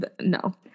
no